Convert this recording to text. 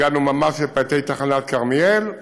הגענו ממש לפאתי תחנת כרמיאל,